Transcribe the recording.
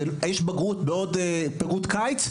שכבר בבגרויות שעתידות להיות בקיץ,